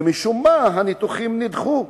ומשום מה הניתוחים נדחו.